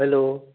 hello